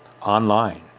online